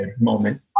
moment